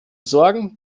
sorgen